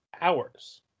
Hours